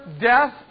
death